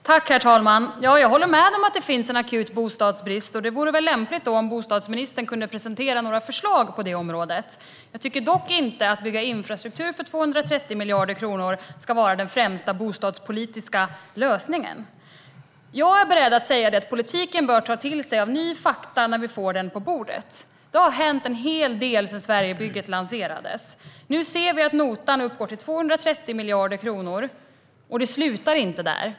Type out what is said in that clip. Herr talman! Jag håller med om att det finns en akut bostadsbrist. Det vore väl lämpligt om bostadsministern kunde presentera några förslag på det området. Att bygga infrastruktur för 230 miljarder tycker jag dock inte ska vara den främsta bostadspolitiska lösningen. Politiken bör ta till sig nya fakta när vi får dem på bordet. Det har hänt en hel del sedan Sverigebygget lanserades. Nu ser vi att notan uppgår till 230 miljarder kronor, och det slutar inte där.